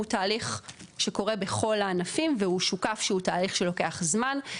הוא תהליך שקורה בכל הענפים והוא שוקף שהוא תהליך שלוקח זמן,